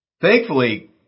thankfully